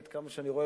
עד כמה שאני רואה,